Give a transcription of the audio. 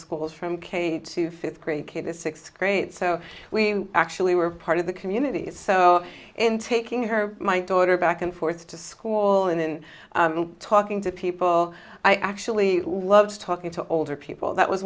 schools from k to fifth grade k to sixth grade so we actually were part of the community so in taking her my daughter back and forth to school in and talking to people i actually loved talking to older people that was